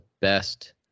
best